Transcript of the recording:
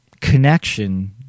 connection